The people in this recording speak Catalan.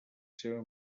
seva